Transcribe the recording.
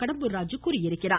கடம்பூர் ராஜு தெரிவித்திருக்கிறார்